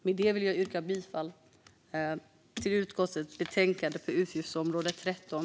Med detta vill jag yrka bifall till utskottets förslag i betänkandet på utgiftsområde 13.